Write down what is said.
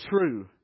true